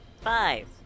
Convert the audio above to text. Five